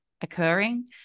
occurring